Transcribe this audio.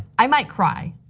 i might cry.